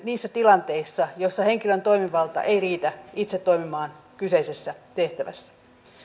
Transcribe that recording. niissä tilanteissa joissa henkilön toimivalta ei riitä itse toimimaan kyseisessä tehtävässä